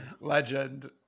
Legend